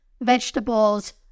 vegetables